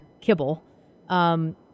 kibble –